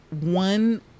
one